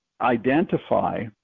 identify